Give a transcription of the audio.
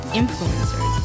influencers